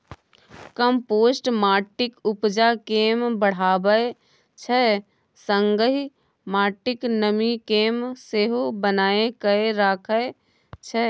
compost माटिक उपजा केँ बढ़ाबै छै संगहि माटिक नमी केँ सेहो बनाए कए राखै छै